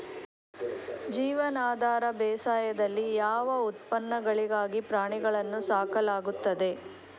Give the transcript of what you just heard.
ಜೀವನಾಧಾರ ಬೇಸಾಯದಲ್ಲಿ ಯಾವ ಉತ್ಪನ್ನಗಳಿಗಾಗಿ ಪ್ರಾಣಿಗಳನ್ನು ಸಾಕಲಾಗುತ್ತದೆ?